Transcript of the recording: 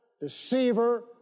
deceiver